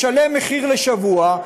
משלם מחיר לשבוע,